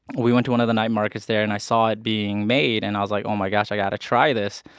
we went to one of the night markets there. and i saw it being made and i was like, oh my gosh, i have ah to try this!